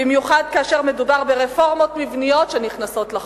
במיוחד כאשר מדובר ברפורמות מבניות שנכנסות לחוק.